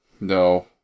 No